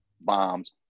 bombs